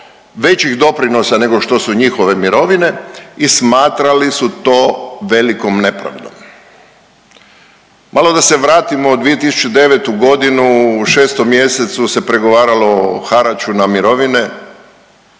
većih doprinosa nego što su njihove mirovine i smatrali su to velikom nepravdom. Malo da se vratimo u 2009. godinu u šestom mjesecu se pregovaralo o haraču na mirovine,